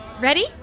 Ready